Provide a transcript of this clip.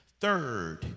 Third